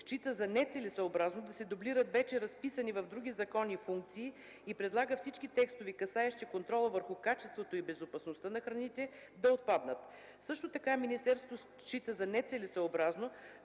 счита за нецелесъобразно да се дублират вече разписани в други закони функции и предлага всички текстове, касаещи контрола върху качеството и безопасността на храните, да отпаднат. Също така Министерството счита за нецелесъобразно